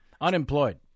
Unemployed